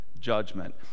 Judgment